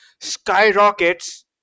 skyrockets